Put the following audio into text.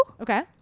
Okay